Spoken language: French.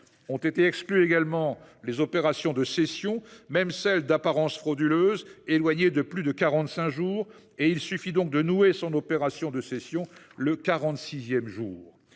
Ont été exclues également les opérations de cession, même celles d'apparence frauduleuse, éloignées de plus de quarante-cinq jours ; il suffit donc de nouer son opération de cession le